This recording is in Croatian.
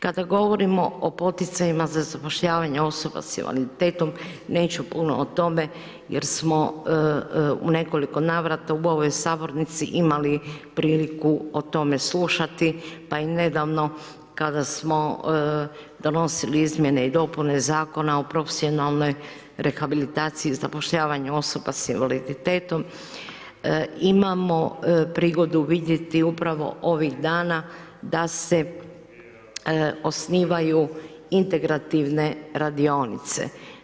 Kada govorimo o poticajima za zapošljavanje osoba sa invaliditetom neću puno o tome jer smo u nekoliko navrata u ovoj sabornici imali priliku o tome slušati pa i nedavno kada smo donosili Izmjene i dopune Zakona o profesionalnoj rehabilitaciji i zapošljavanju osoba sa invaliditetom imamo prigodu vidjeti upravo ovih dana da se osnivaju integrativne radionice.